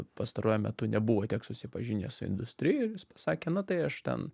pastaruoju metu nebuvo tiek susipažinęs su industrija ir jis pasakė na tai aš ten